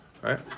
right